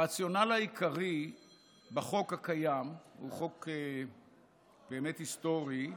הרציונל העיקרי בחוק הקיים, הוא חוק באמת היסטורי,